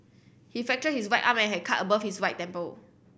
he fractured his right arm and has a cut above his right temple